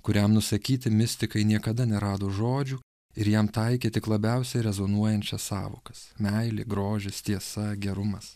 kuriam nusakyti mistikai niekada nerado žodžių ir jam taikė tik labiausiai rezonuojančias sąvokas meilė grožis tiesa gerumas